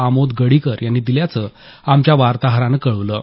आमोद गडीकर यांनी दिल्याचं आमच्या वार्ताहरानं कळवलं आहे